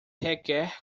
requer